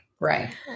Right